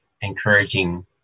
encouraging